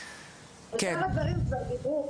על עיקר הדברים כבר דיברו,